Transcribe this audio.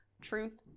truth